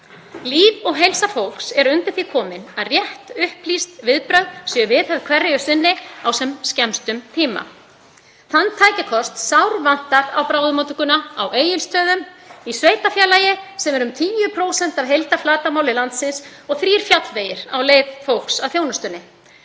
Líf og heilsa fólks er undir því komin að rétt upplýst viðbrögð séu viðhöfð hverju sinni á sem skemmstum tíma. Það sárvantar slíkan tækjakost á bráðamóttökuna á Egilsstöðum, í sveitarfélagi sem er um 10% af heildarflatarmáli landsins og þrír fjallvegir á leið fólks að þjónustunni.